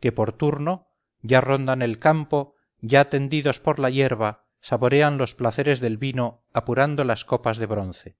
que por turno ya rondan el campo ya tendidos por la hierba saborean los placeres del vino apurando las copas de bronce